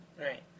Right